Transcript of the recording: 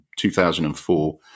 2004